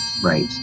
Right